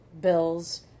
bills